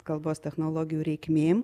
kalbos technologijų reikmėm